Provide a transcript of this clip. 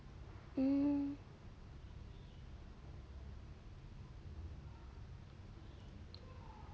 hmm